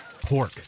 Pork